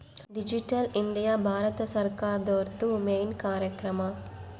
digital India Bharat ಸರ್ಕಾರ್ದೊರ್ದು main ಕಾರ್ಯಕ್ರಮ